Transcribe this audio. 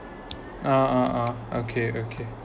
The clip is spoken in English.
ah ah ah okay okay